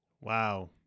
Wow